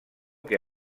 que